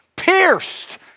Pierced